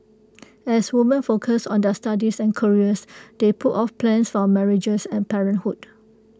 as women focused on their studies and careers they put off plans for marriages and parenthood